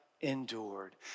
endured